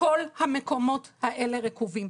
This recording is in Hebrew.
כל המקומות האלה רקובים.